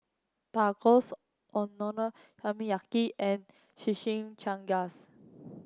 Tacos Okonomiyaki and Shimichangas